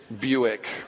Buick